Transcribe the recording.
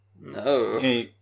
No